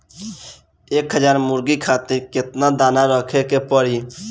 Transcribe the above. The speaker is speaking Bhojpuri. एक हज़ार मुर्गी खातिर केतना दाना रखे के पड़ी?